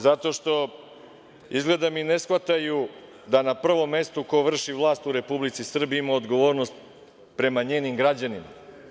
Zato što, izgleda mi, ne shvataju da na prvom mestu ko vrši vlast u Republici Srbiji ima odgovornost prema njenim građanima.